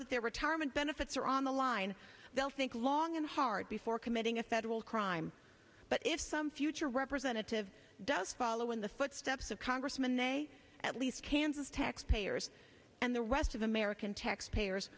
that their retirement benefits are on the line they'll think long and hard before committing a federal crime but if some future representative does follow in the footsteps of congressman ney at least kansas taxpayers and the rest of american taxpayers